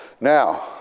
Now